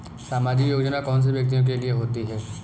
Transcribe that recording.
सामाजिक योजना कौन से व्यक्तियों के लिए होती है?